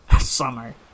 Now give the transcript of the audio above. summer